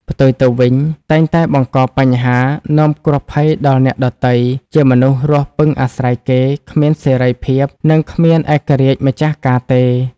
ផ្ទុយទៅវិញតែងតែបង្កបញ្ហា នាំគ្រោះភ័យដល់អ្នកដទៃ ជាមនុស្សរស់ពឹងអាស្រ័យគេ គ្មានសេរីភាព និងគ្មានឯករាជ្យម្ចាស់ការទេ ។